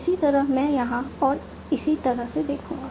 इसी तरह मैं यहां और इसी तरह से देखूंगा